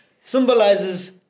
symbolizes